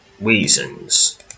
reasons